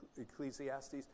Ecclesiastes